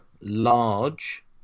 large